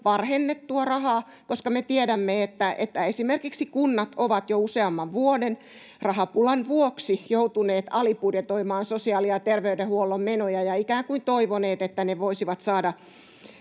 varhennettua rahaa, koska me tiedämme, että esimerkiksi kunnat ovat rahapulan vuoksi joutuneet jo useamman vuoden alibudjetoimaan sosiaali- ja terveydenhuollon menoja ja ikään kuin toivoneet, että ne voisivat saada